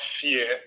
fear